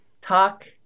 Talk